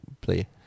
play